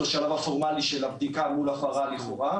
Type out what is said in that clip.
לשלב הפורמאלי של הבדיקה מול הפרה לכאורה.